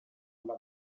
alla